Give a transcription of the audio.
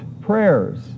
prayers